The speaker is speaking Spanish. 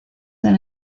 del